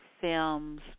films